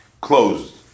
closed